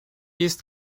ist